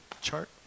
chart